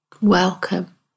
Welcome